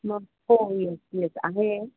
मग हो yes yes आहे